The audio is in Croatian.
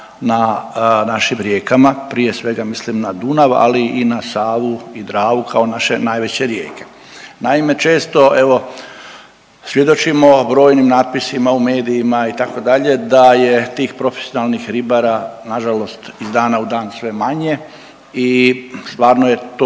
na našim rijekama. Prije svega mislim na Dunav, ali i na Savu i Dravu kao naše najveće rijeke. Naime, često evo svjedočimo brojnim natpisima u medijima itd. da je tih profesionalnih ribara nažalost iz dana u dan sve manje i stvarno je to